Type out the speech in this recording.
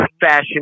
Fashion